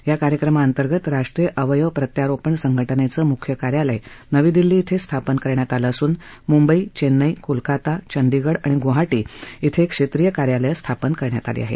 या कार्यक्रमाअंतर्गत राष्ट्रीय अवयव प्रत्यारोपण संघानेचं मुख्य कार्यालय नवी दिल्ली कें स्थापन करण्यात आलं असून मुंबई चेन्नई कोलकाता चंदीगड आणि गुवाहारी क्षेत्रीय कार्यालयं स्थापन करण्यात आली आहेत